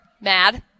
mad